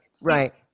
Right